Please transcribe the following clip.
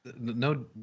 no